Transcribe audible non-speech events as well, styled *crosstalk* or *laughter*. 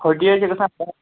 forty یے چھِ گَژھان *unintelligible*